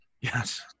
yes